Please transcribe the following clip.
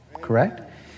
correct